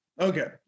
Okay